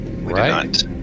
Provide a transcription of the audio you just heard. right